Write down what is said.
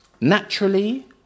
Naturally